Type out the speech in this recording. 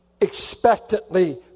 expectantly